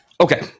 Okay